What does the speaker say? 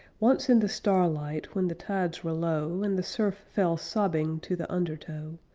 once in the starlight when the tides were low, and the surf fell sobbing to the undertow,